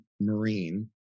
Marine